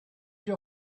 your